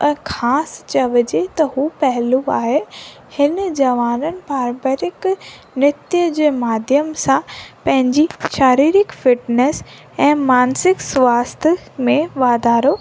ऐं ख़ासि चइजांइ त हू पहलू आहे हिन जवाननि पारंपरिक नृत जे माध्यम सां पंहिंजी शारीरिक फ़िटनेस ऐं मानसिक स्वास्थ्य में वाधारो